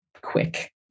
quick